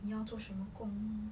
你要做什么工